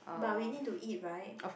but we need to eat right